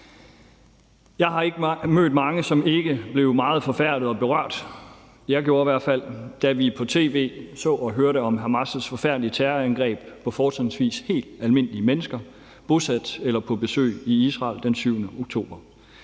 Jeg har ikke mødt mange, som ikke blev meget forfærdede og berørte – jeg gjorde i hvert fald – da vi på tv så og hørte om Hamas' forfærdelige terrorangreb på fortrinsvis helt almindelige mennesker bosat eller på besøg i Israel den 7. oktober.